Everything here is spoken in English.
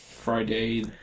Friday